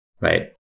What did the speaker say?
right